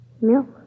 Milk